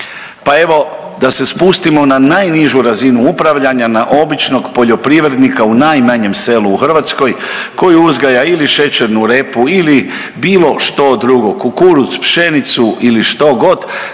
Pa evo, da se spustimo na najnižu razinu upravljanja, na običnog poljoprivrednika u najmanjem selu u Hrvatskoj koji uzgaja ili šećernu repu ili bilo što drugo, kukuruz, pšenicu ili što god.